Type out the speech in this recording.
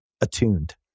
attuned